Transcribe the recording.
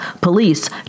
police